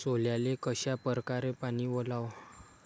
सोल्याले कशा परकारे पानी वलाव?